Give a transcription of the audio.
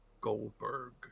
Goldberg